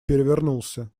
перевернулся